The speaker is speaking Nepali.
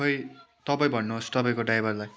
खोई तपाईँ भन्नुहोस् तपाईँको ड्राइभरलाई